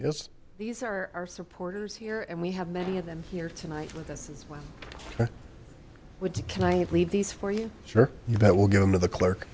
yes these are our supporters here and we have many of them here tonight with us as well would you can i leave these for you sure you bet we'll get them to the clerk